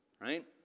Right